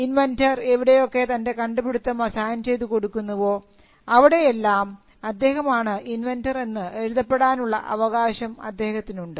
inventor എവിടെയൊക്കെ തൻറെ കണ്ടുപിടിത്തം അസൈൻ ചെയ്തുകൊടുക്കുന്നുവോ അവിടെയെല്ലാം അദ്ദേഹം ആണ് ഇൻവെൻന്റർ എന്ന് എഴുതപ്പെടാൻ ഉള്ള അവകാശം അദ്ദേഹത്തിനുണ്ട്